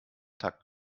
takt